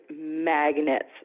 magnets